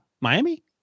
Miami